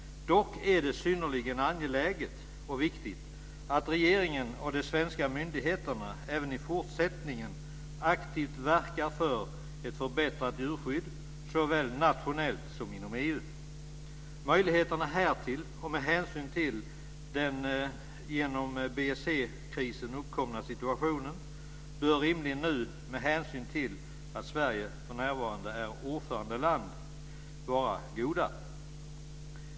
Dock är det synnerligen angeläget att regeringen och de svenska myndigheterna även i fortsättningen aktivt verkar för ett förbättrat djurskydd såväl nationellt som inom EU. Möjligheterna härtill bör, med hänsyn till den genom BSE-krisen uppkomna situationen och med hänsyn till att Sverige för närvarande är ordförandeland, rimligen vara goda.